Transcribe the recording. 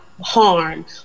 harm